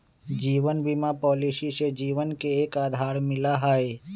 जीवन बीमा पॉलिसी से जीवन के एक आधार मिला हई